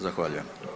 Zahvaljujem.